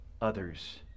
others